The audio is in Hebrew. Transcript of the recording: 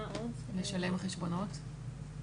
לשלם חשבונות.